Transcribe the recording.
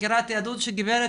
חקירת יהדות של גברת,